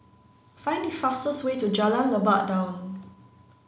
find the fastest way to Jalan Lebat Daun